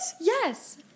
Yes